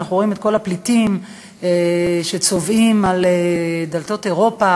כשאנחנו רואים את כל הפליטים שצובאים על דלתות אירופה,